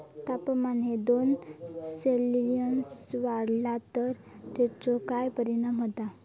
तापमान दोन सेल्सिअस वाढला तर तेचो काय परिणाम होता?